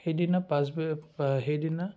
সেইদিনা পাছবে সেইদিনা